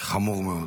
חמור מאוד.